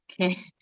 Okay